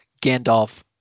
Gandalf